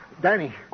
Danny